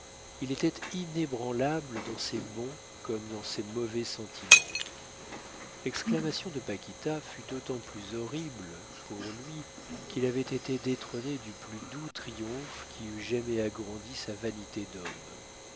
il était inébranlable dans ses bons comme dans ses mauvais sentiments l'exclamation de paquita fut d'autant plus horrible pour lui qu'il avait été détrôné du plus doux triomphe qui eût jamais agrandi sa vanité d'homme